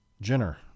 Jenner